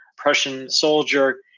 prussian soldier,